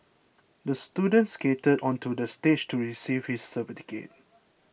the student skated onto the stage to receive his certificate